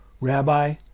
Rabbi